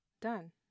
done